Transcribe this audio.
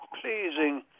pleasing